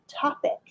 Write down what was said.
topic